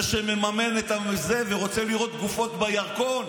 זה שמממן ורוצה לראות גופות בירקון,